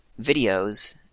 videos